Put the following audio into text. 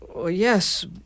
Yes